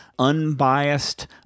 unbiased